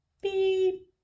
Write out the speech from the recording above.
beep